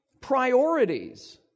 priorities